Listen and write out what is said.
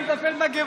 די,